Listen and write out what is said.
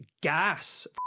gas